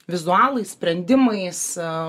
vizualais sprendimais